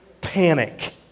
panic